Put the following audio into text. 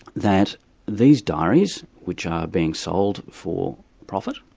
that these diaries which are being sold for profit,